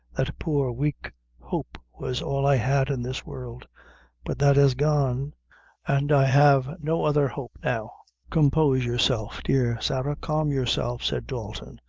that poor, weak hope was all i had in this world but that is gone and i have no other hope now. compose yourself, dear sarah calm yourself, said dalton.